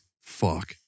Fuck